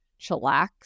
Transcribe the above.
chillax